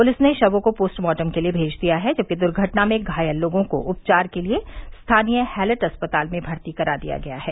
police ने शवों को पोस्टमार्टम के लिए भेज दिया है जबकि दुर्घटना में घायल लोगों को उपचार के लिए स्थानीय हैलेट अस्पताल में भर्ती करा दिया गया है